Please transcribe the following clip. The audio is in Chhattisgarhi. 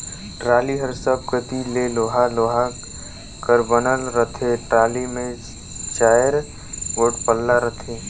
टराली हर सब कती ले लोहे लोहा कर बनल रहथे, टराली मे चाएर गोट पल्ला रहथे